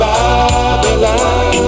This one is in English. Babylon